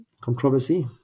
controversy